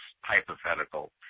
hypothetical